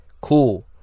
Cool